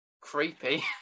creepy